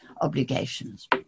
obligations